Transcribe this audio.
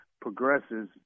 progresses